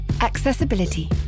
Accessibility